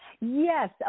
Yes